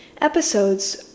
episodes